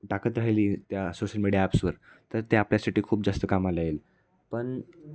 टाकत राहिली त्या सोशल मीडिया ॲप्सवर तर ते आपल्यासाठी खूप जास्त कामाला येईल पण